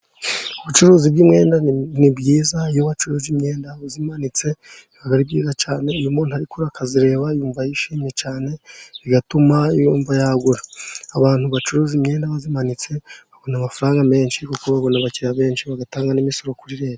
Ubucuruzi bw'imyenda ni bwiza iyo wacuruje imyenda uyimanitse biba byiza cyane. Umuntu uri kuza akayireba yumva yishimye cyane bigatuma yumva yagura, abantu bacuruza imyenda bayimanitse babona amafaranga menshi kuko babona abakiriya benshi bagatanga n'imisoro kuri leta.